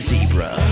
Zebra